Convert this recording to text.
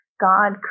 God